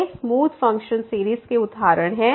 ये smooth function series के उदाहरण हैं